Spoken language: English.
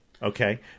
Okay